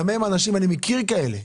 אני מכיר אנשים כאלה,